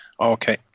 okay